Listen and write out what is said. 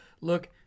look